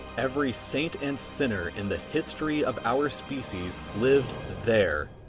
every saint and sinner in the history of our species lived there,